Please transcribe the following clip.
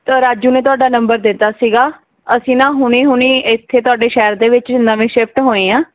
ਰਾਜੂ ਨੇ ਤੁਹਾਡਾ ਨੰਬਰ ਦਿੱਤਾ ਸੀ ਅਸੀਂ ਨਾ ਹੁਣੇ ਹੁਣੇ ਇੱਥੇ ਤੁਹਾਡੇ ਸ਼ਹਿਰ ਦੇ ਵਿੱਚ ਨਵੇਂ ਸ਼ਿਫਟ ਹੋਏ ਹਾਂ